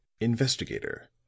Investigator